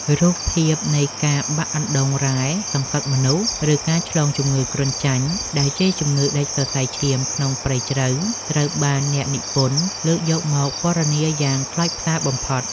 រូបភាពនៃការបាក់អណ្ដូងរ៉ែសង្កត់មនុស្ស ឬការឆ្លងជំងឺគ្រុនចាញ់ដែលជាជំងឺដាច់សរសៃឈាមក្នុងព្រៃជ្រៅ ត្រូវបានអ្នកនិពន្ធលើកយកមកពណ៌នាយ៉ាងខ្លោចផ្សាបំផុត។